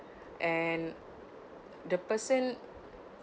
and the person